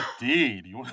Indeed